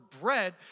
bread